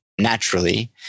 naturally